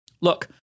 Look